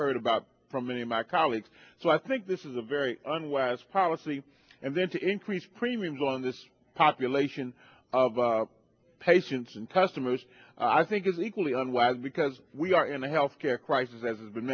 heard about from many of my colleagues so i think this is a very unwise policy and then to increase premiums on this population of patients and customers i think is equally unwise because we are in the health care crisis as has been